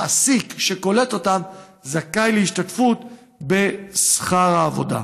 מעסיק שקולט אותם זכאי להשתתפות בשכר העבודה.